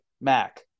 Mac